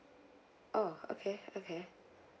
oh okay okay